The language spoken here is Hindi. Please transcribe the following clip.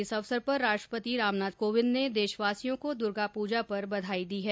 इस अवसर पर राष्ट्रपति रामनाथ कोविंद ने देशवासियों को दुर्गा पूजा पर बधाई दी है